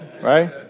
right